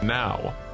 Now